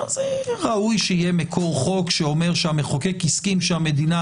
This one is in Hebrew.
אז ראוי שיהיה מקור חוק שאומר שהמחוקק הסכים שהמדינה